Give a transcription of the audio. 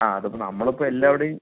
ആ അതിപ്പോൾ നമ്മളിപ്പോൾ എല്ലാവരുടെയും